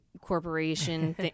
corporation